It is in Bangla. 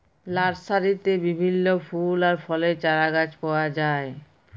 লার্সারিতে বিভিল্য ফুল আর ফলের চারাগাছ পাওয়া যায়